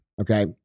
okay